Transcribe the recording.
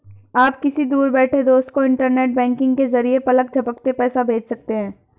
आप किसी दूर बैठे दोस्त को इन्टरनेट बैंकिंग के जरिये पलक झपकते पैसा भेज सकते हैं